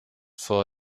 for